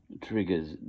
triggers